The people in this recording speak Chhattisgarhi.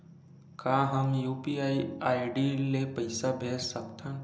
का हम यू.पी.आई आई.डी ले पईसा भेज सकथन?